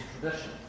tradition